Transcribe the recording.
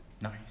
Nice